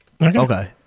Okay